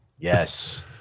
Yes